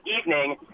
evening